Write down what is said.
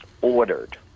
ordered